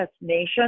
nation